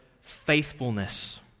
faithfulness